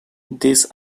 this